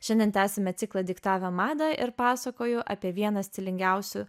šiandien tęsiame ciklą diktavę madą ir pasakoju apie vieną stilingiausių